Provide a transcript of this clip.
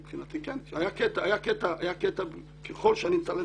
מבחינתי כן, ככל שאני אמצא לנכון.